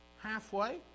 halfway